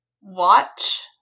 watch